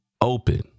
open